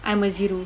I'm a zero